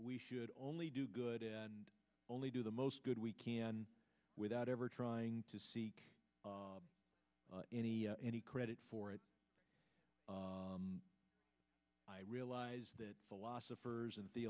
we should only do good and only do the most good we can without ever trying to seek any any credit for it i realize that philosophers and the